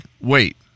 Wait